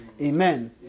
Amen